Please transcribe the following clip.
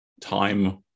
time